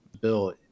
bill